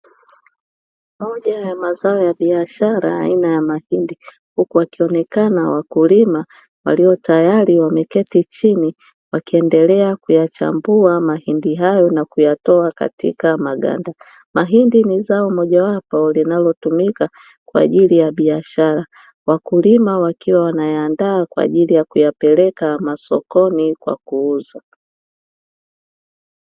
Moja ya mazao ya biashara aina ya mahindi, huku wakionekana wakulima waliio tayari wameketi chini wakiendelea kuyachambua mahindi hayo na kuyatoa katika maganda. Mahindi ni zao mojawapo linalotumika kwaajili ya biashara, wakulima wakiwa wanayaandaa kwaajili yakuyapeleka masokoni kwakuuza.